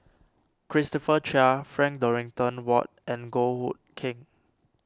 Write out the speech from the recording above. Christopher Chia Frank Dorrington Ward and Goh Hood Keng